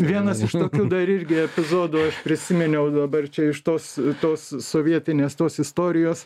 vienas iš tokių dar irgi epizodų aš prisiminiau dabar čia iš tos tos sovietinės tos istorijos